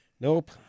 Nope